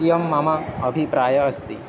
इयं मम अभिप्रायः अस्ति